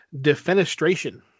Defenestration